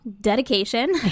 dedication